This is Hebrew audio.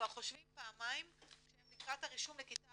כבר חושבים פעמיים כשהם לקראת הרישום לכיתה